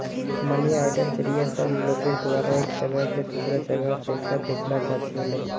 money आर्डरेर जरिया स लोगेर द्वारा एक जगह स दूसरा जगहत पैसा भेजाल जा छिले